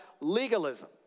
legalism